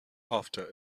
after